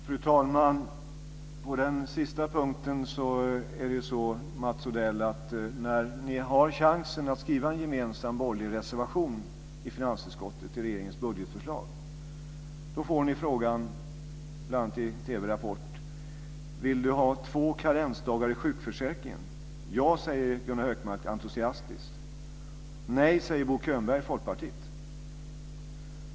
Fru talman! När det gäller den sista punkten är det ju så, Mats Odell, att ni i finansutskottet hade chansen att skriva en gemensam borgerlig reservation till regeringens budgetförslag. När ni får frågan, bl.a. i TV:s Rapport, om ni vill ha två karensdagar i sjukförsäkringen säger Gunnar Hökmark ja entusiastiskt och Bo Könberg från Folkpartiet säger nej.